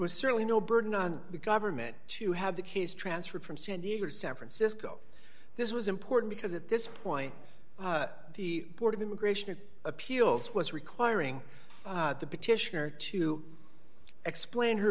was certainly no burden on the government to have the case transferred from san diego or san francisco this was important because at this point the board of immigration appeals was requiring the petitioner to explain her